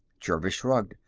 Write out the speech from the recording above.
jervis shrugged.